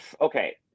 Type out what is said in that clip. okay